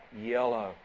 yellow